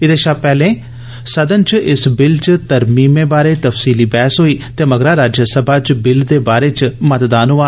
एहदे शा पैहले सदन च इस बिल च तरमीमें बारै तफसीली बैहस होई ते मगरा राज्यसभा च बिल दे बारै च मतदान होआ